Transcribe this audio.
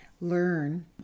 learn